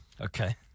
Okay